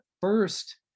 first